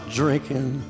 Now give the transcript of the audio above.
drinking